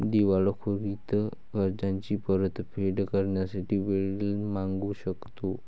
दिवाळखोरीत कर्जाची परतफेड करण्यासाठी वेळ मागू शकतो